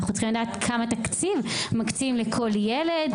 אנחנו צריכים לדעת כמה תקציב מקצים לכל ילד.